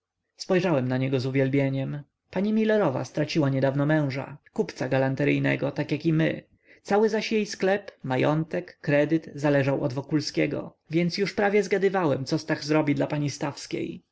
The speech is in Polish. spojrzałem na niego z uwielbieniem pani milerowa straciła niedawno męża kupca galanteryjnego tak jak i my cały zaś jej sklep majątek kredyt zależał od wokulskiego więc już prawie zgadywałem co stach zrobi dla pani